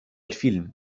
الفيلم